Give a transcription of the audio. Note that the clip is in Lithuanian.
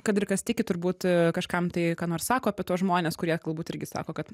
kad ir kas tiki turbūt kažkam tai ką nors sako apie tuos žmones kurie galbūt irgi sako kad